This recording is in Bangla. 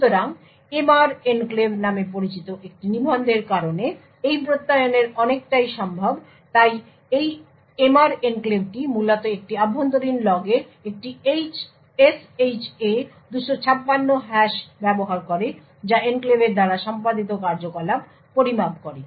সুতরাং MR এনক্লেভ নামে পরিচিত একটি নিবন্ধের কারণে এই প্রত্যয়নের অনেকটাই সম্ভব তাই এই MR এনক্লেভটি মূলত একটি অভ্যন্তরীণ লগের একটি SHA 256 হ্যাশ ব্যবহার করে যা এনক্লেভের দ্বারা সম্পাদিত কার্যকলাপ পরিমাপ করে